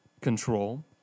control